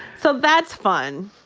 so that's fun.